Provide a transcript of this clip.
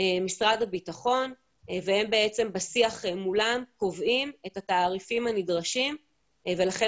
משרד הבטחון והם בשיח מולם קובעים את התעריפים הנדרשים ולכן